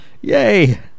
Yay